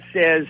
says